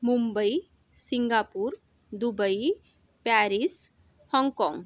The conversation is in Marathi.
मुंबई सिंगापूर दुबई पॅरिस हाँगकाँग